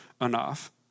enough